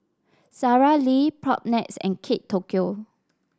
Sara Lee Propnex and Kate Tokyo